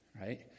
right